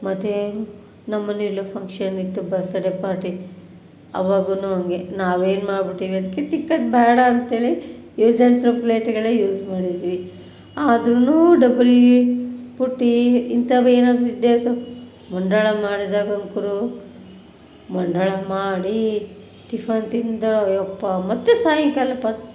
ಮತ್ತು ನಮ್ಮನೇಲ್ಲೂ ಫಂಕ್ಷನ್ ಇತ್ತು ಬರ್ತಡೇ ಪಾರ್ಟಿ ಅವಾಗೂ ಹಂಗೆ ನಾವೇನು ಮಾಡ್ಬಿಟ್ಟೀವಿ ಅದಕ್ಕೆ ತಿಕ್ಕೋದು ಬೇಡ ಅಂಥೇಳಿ ಯೂಸ್ ಆ್ಯಂಡ್ ತ್ರೋ ಪ್ಲೇಟ್ಗಳೇ ಯೂಸ್ ಮಾಡಿದ್ವಿ ಆದರೂ ಡಬ್ರಿ ಪುಟ್ಟಿ ಇಂಥವೇನಾದರೂ ಇದ್ದೇ ಇರ್ತವೆ ಮುಂಡಾಳ ಮಾಡಿದಾಗಂತ್ರೂ ಮಂಡಾಳ ಮಾಡಿ ಟಿಫನ್ ತಿಂದ್ರೆ ಯಪ್ಪಾ ಮತ್ತು ಸಾಯಂಕಾಲ ಪಾ